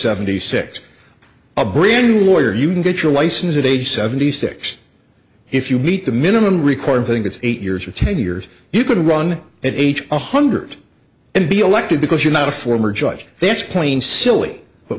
seventy six a brand new lawyer you can get your license at age seventy six if you meet the minimum required thing that's eight years or ten years you can run at age one hundred and be elected because you're not a former judge that's plain silly but